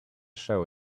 show